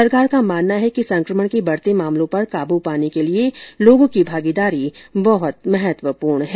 सरकार का मानना है कि संक्रमण के बढते मामलों पर काबू पाने के लिए लोगों की भागीदारी बहुत महत्वपूर्ण है